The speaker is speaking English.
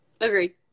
Agree